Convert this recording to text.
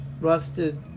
rusted